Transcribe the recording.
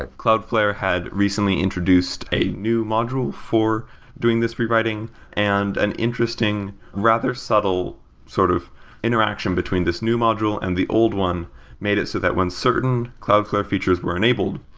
ah cloudflare had recently introduced a new module for doing this rewriting and an interesting rather subtle sort of interaction between this new module and the old one made it so that when certain cloudflare features were enabled,